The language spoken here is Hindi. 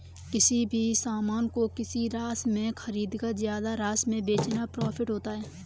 किसी भी सामान को किसी राशि में खरीदकर ज्यादा राशि में बेचना प्रॉफिट होता है